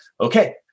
okay